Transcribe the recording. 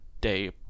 day